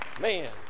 Man